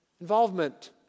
involvement